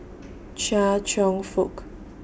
Chia Cheong Fook